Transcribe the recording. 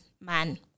man